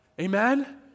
Amen